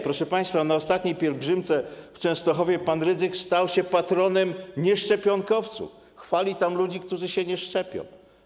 Proszę państwa, na ostatniej pielgrzymce w Częstochowie pan Rydzyk stał się patronem nieszczepionkowców, chwali tam ludzi, którzy się nie szczepią.